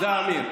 תן להם.